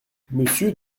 monsieur